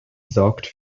sorgt